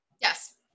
Yes